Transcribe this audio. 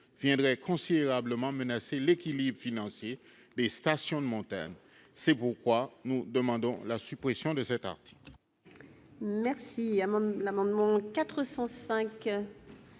menacerait considérablement l'équilibre financier des stations de montagne. C'est pourquoi nous demandons la suppression de cet article.